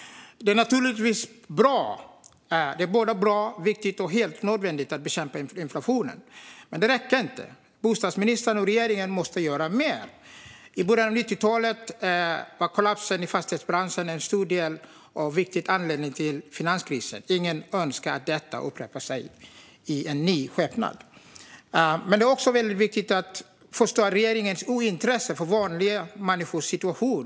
Det är naturligtvis både bra och viktigt och helt nödvändigt att bekämpa inflationen, men det räcker inte. Bostadsministern och regeringen måste göra mer. I början av 90-talet var kollapsen i fastighetsbranschen en stor och viktig anledning till finanskrisen. Ingen önskar att detta upprepar sig i ny skepnad. Det är också viktigt att förstå regeringens ointresse för vanliga människors situation.